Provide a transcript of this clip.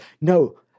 No